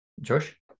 Josh